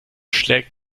schlägt